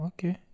Okay